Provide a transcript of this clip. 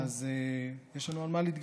אז יש לנו במה להתגאות.